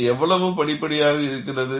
இது எவ்வளவு படிப்படியாக இருக்கிறது